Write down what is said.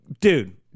dude